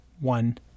One